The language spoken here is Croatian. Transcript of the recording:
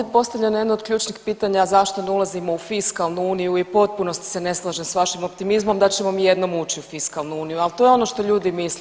Opet je postavljeno jedno od ključnih pitanja, a zašto ne ulazimo u fiskalnu uniju i u potpunosti se ne slažem s vašim optimizmom da ćemo mi jednom ući u fiskalnu uniju, al to je ono što ljudi misle.